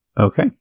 Okay